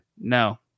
No